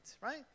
right